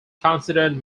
considered